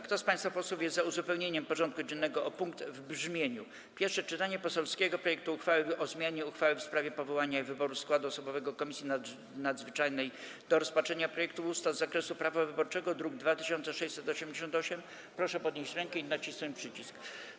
Kto z państwa posłów jest za uzupełnieniem porządku dziennego o punkt w brzmieniu: Pierwsze czytanie poselskiego projektu uchwały o zmianie uchwały w sprawie powołania i wyboru składu osobowego Komisji Nadzwyczajnej do rozpatrzenia projektów ustaw z zakresu prawa wyborczego, druk nr 2688, proszę podnieść rękę i nacisnąć przycisk.